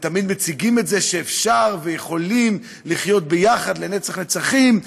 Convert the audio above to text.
ותמיד מציגים את זה שאפשר ויכולים לחיות יחד לנצח נצחים.